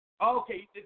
okay